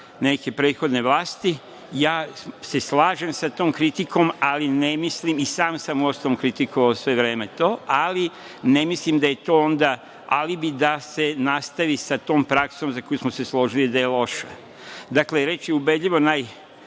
neke prethodne vlasti. Ja se slažem sa tom kritikom, ali ne mislim… I sam sam, uostalom, kritikovao sve vreme to, ali ne mislim da je to onda… ali bih da se nastavi sa tom praksom za koju smo se složili da je loša. Dakle, reč je ubedljivo o